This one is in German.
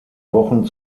wochen